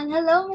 Hello